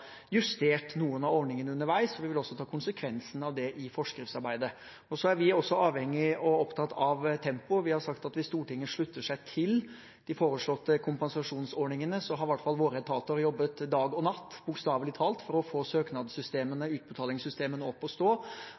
ta konsekvensen av det i forskriftsarbeidet. Så er vi også avhengig av og opptatt av tempoet. Vi har sagt at hvis Stortinget slutter seg til de foreslåtte kompensasjonsordningene, har i hvert fall våre etater jobbet dag og natt, bokstavelig talt, for å få søknadssystemene, utbetalingssystemene opp å stå.